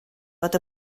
fod